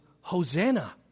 Hosanna